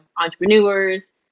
entrepreneurs